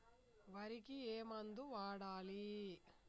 వరికి ఏ మందు వాడాలి?